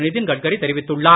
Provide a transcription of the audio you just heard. நிதின் கட்கரி தெரிவித்துள்ளார்